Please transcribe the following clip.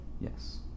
Yes